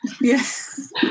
Yes